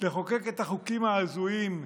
לחוקק את החוקים ההזויים,